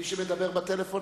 מי שמדבר בטלפון,